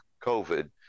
COVID